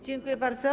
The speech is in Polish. Dziękuję bardzo.